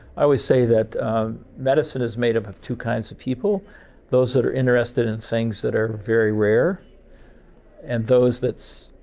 i always say that medicine is made up of two kinds of people those that are interested in things that are very rare and those that,